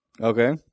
Okay